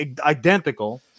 identical